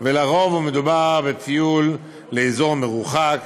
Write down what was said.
ולרוב מדובר בטיול לאזור מרוחק,